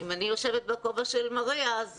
אם אני יושבת בכובע של מריה,